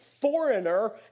foreigner